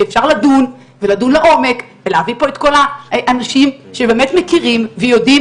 שאפשר לדון ולדון לעומק ולהביא פה את כל האנשים שבאמת מכירים ויודעים